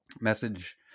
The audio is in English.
message